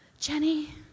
Jenny